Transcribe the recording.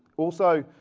also,